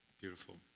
Beautiful